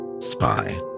spy